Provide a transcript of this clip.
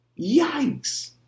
Yikes